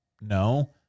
No